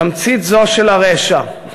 "תמצית זו של הרשע,